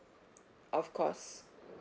of course